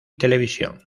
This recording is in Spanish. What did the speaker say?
televisión